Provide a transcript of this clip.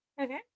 Okay